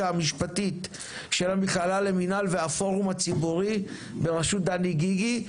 המשפטית של המכללה למינהל והפורום הציבורי בראשות דני גיגי,